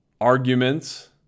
arguments